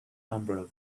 umbrella